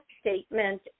statement